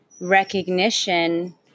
recognition